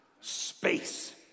space